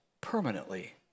permanently